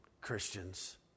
Christians